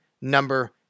number